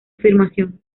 afirmación